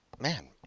man